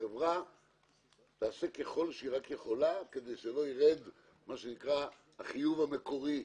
החברה תעשה כל שביכולתה כדי שלא ירד החיוב המקורי,